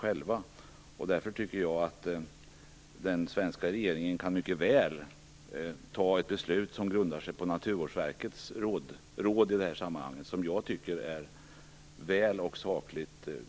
Jag tycker därför att den svenska regeringen mycket väl kan fatta ett beslut som grundar sig på Naturvårdsverkets råd i detta sammanhang, som jag tycker är väl och sakligt underbyggt.